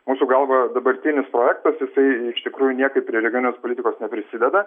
mūsų galva dabartinis projektas jisai iš tikrųjų niekaip prie regioninės politikos neprisideda